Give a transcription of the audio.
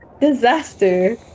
disaster